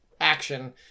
action